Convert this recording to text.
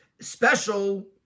special